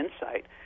insight